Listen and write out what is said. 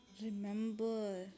Remember